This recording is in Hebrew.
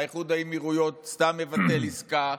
איחוד האמירויות סתם מבטלים עסקה,